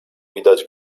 widać